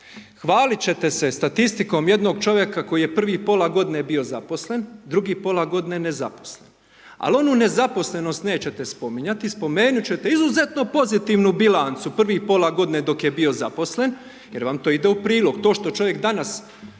hvaliti ćete se statistikom jednog čovjeka, koji je prvih pola g. bio zaposlen, drugi pola g. nezaposlen. Ali, onu nezaposlenost nećete spominjati, spomenuti ćete izuzetno pozitivnu bilancu, prvih pola g. dok je bio zaposlen, jer vam to ide u prilog. To što čovjek danas